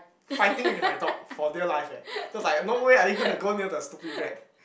fighting with my dog for dear life eh so it's like no way are you going to go near the stupid rat